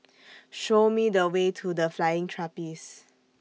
Show Me The Way to The Flying Trapeze